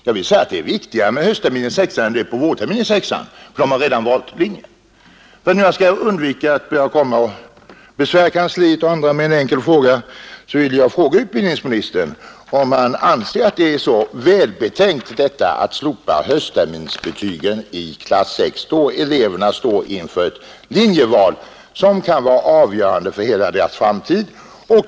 Jag vill säga att det är viktigare med betyg vid höstterminen i 6:an än på vårterminen i 6:an, ty vid vårterminens slut har barnen redan valt linje. För att undvika att besvära kansliet och kammaren med en enkel fråga ville jag fråga utbildningsministern, om han anser att det är så välbetänkt att slopa höstterminens betyg i klass 6, då eleverna står inför ett linjeval, som kan vara avgörande för hela deras framtid.